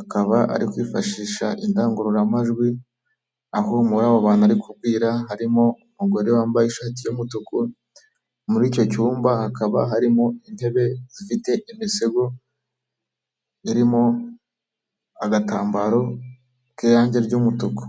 akaba ari kwifashisha indangururamajwi, aho muri abo bantu ari kubwira harimo umugore wambaye ishati y'umutuku, muri icyo cyumba hakaba harimo intebe zifite imisego irimo agatambaro k'irangi ry'umutuku.